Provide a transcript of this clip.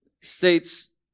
states